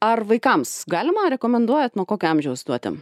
ar vaikams galima rekomenduojat nuo kokio amžiaus duoti